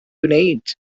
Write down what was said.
gwneud